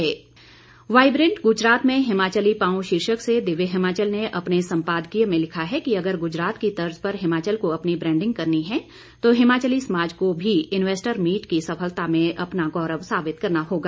एक नज़र सम्पादकीय पन्ने पर बाइब्रेंट गुजरात में हिमाचली पांव शीर्षक से दिव्य हिमाचल ने अपने संपादकीय में लिखा है कि अगर गुजरात की तर्ज पर हिमाचल को अपनी ब्रांडिंग करनी है तो हिमाचली समाज को भी इन्वेस्टर मीट की सफलता में अपना गौरव साबित करना होगा